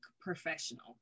professional